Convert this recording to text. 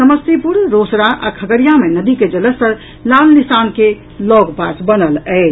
समस्तीपुर रोसड़ा आ खगड़िया मे नदी के जलस्तर लाल निशान के लऽग पास बनल अछि